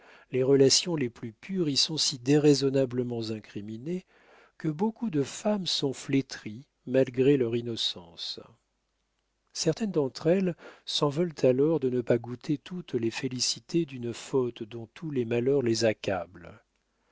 les relations les plus pures y sont si déraisonnablement incriminées que beaucoup de femmes sont flétries malgré leur innocence certaines d'entre elles s'en veulent alors de ne pas goûter toutes les félicités d'une faute dont tous les malheurs les accablent